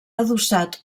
adossat